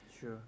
Sure